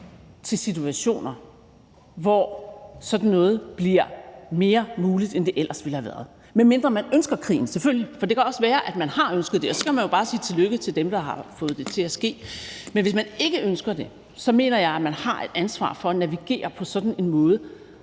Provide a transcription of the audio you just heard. til situationer, hvor sådan noget bliver mere muligt, end det ellers ville have været, medmindre man ønsker krigen, selvfølgelig. For det kan også være, at man har ønsket det, og så kan man jo bare sige tillykke til dem, der har fået det til at ske. Men hvis man ikke ønsker det, mener jeg at man har et ansvar for at navigere på sådan en måde,